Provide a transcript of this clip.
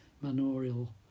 manorial